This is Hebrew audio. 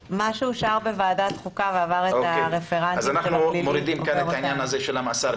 בוועדת החוקה הורדנו את העניין של המאסר.